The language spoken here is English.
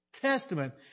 Testament